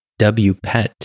WPET